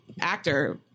actor